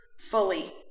fully